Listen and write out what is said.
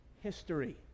history